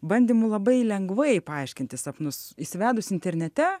bandymų labai lengvai paaiškinti sapnus įsivedus internete